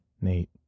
Nate